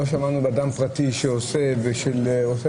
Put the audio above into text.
לא שמענו שאדם פרטי שעושה משהו,